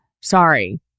sorry